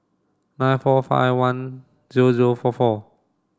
nine four five one zero zero four four